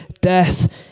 death